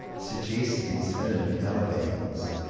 suggest these hidden calibans.